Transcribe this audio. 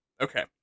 Okay